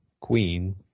Queen